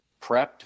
prepped